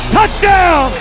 Touchdown